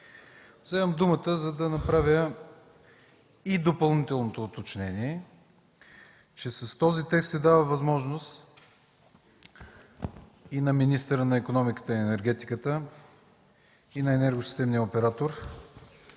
Вземам думата, за да направя и допълнителното уточнение, че с този текст се дава възможност на министъра на икономиката и енергетиката и на енергосистемния оператор